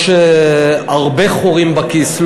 יש הרבה חורים בכיס,